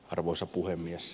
arvoisa puhemies